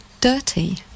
Dirty